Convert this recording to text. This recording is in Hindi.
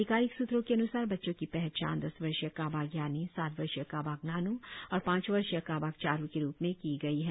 अधिकारिक सूत्रों के अन्सार बच्चों की पहचान दस वर्षीय काबाक यानी सात वर्षीय काबाक नान् और पांच वर्षीय काबाक चारू के रुप में की गई है